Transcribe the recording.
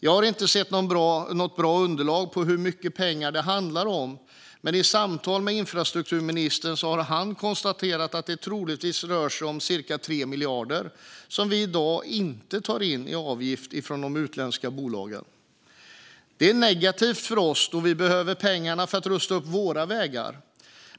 Jag har inte sett något bra underlag när det gäller hur mycket pengar det handlar om, men i samtal med infrastrukturministern har han konstaterat att det troligtvis rör sig om cirka 3 miljarder som vi i dag inte tar in i avgift ifrån de utländska bolagen. Detta är negativt för oss då vi behöver pengarna för att rusta upp våra vägar.